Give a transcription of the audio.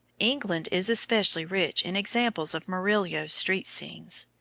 england is especially rich in examples of murillo's street scenes.